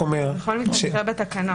בכל מקרה זה יקרה בתקנות.